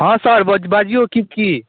हँ सर बज बाजिऔ ठीक छी